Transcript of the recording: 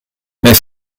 mais